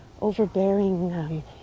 overbearing